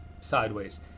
sideways